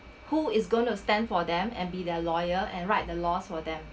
who is going to stand for them and be their lawyer and write the laws for them